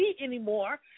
anymore